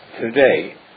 today